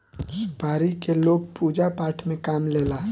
सुपारी के लोग पूजा पाठ में काम लेला